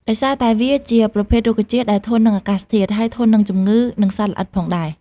ដោយសារតែវាជាប្រភេទរុក្ខជាតិដែលធន់នឹងអាកាសធាតុ ហើយធន់នឹងជំងឺ និងសត្វល្អិតផងដែរ